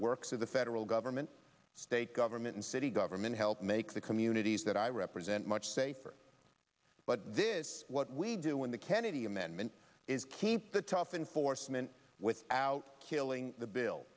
works of the federal government state government and city government help make the communities that i represent much safer but this what we do in the kennedy amendment is keep the tough enforcement without killing the bill